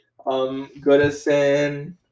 Goodison